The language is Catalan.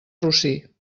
rossí